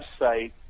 website